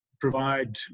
provide